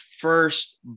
first